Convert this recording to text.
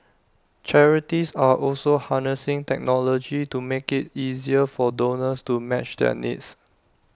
charities are also harnessing technology to make IT easier for donors to match their needs